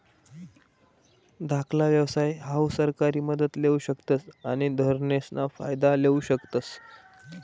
धाकला व्यवसाय हाऊ सरकारी मदत लेवू शकतस आणि धोरणेसना फायदा लेवू शकतस